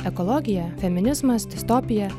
ekologija feminizmas distopija